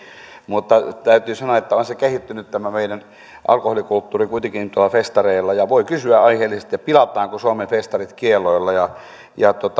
mutta täytyy sanoa että tämä meidän alkoholikulttuuri on kehittynyt kuitenkin tuolla festareilla ja voi kysyä aiheellisesti pilataanko suomen festarit kielloilla